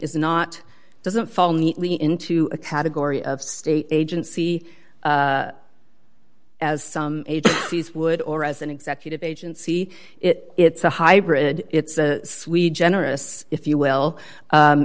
is not doesn't fall neatly into a category of state agency as some would or as an executive agency it it's a hybrid it's a swede generous if you will